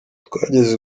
twageze